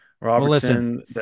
Robertson